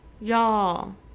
Y'all